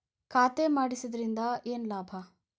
ಖಾತೆ ಮಾಡಿಸಿದ್ದರಿಂದ ಏನು ಲಾಭ?